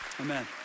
Amen